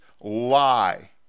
lie